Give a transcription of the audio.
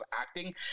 acting